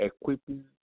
equipping